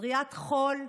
זריית חול,